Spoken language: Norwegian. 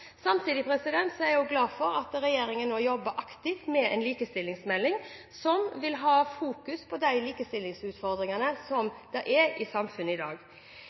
Samtidig er jeg glad for at regjeringen nå jobber aktivt med en likestillingsmelding som vil fokusere på de likestillingsutfordringene som er i samfunnet i dag.